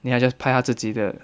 then 他 just 拍他自己的